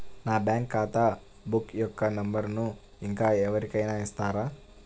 నా బ్యాంక్ ఖాతా బుక్ యొక్క నంబరును ఇంకా ఎవరి కైనా ఇస్తారా?